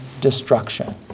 destruction